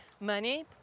money